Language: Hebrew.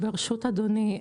ברשות אדוני,